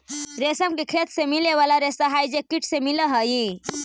रेशम के खेत से मिले वाला रेशा हई जे कीट से मिलऽ हई